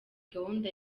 gahunda